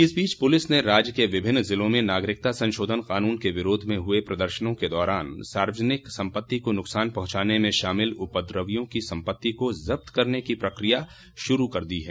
इस बोच पुलिस ने राज्य के विभिन्न जिलों में नागरिकता संशोधन कानून के विरोध में हुए प्रदर्शनों के दौरान सार्वजनिक संपत्ति को नुकसान पहुंचाने में शामिल उपद्रवियों की संपत्ति को जब्त करने की प्रक्रिया शुरू कर दी है